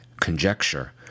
conjecture